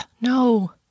No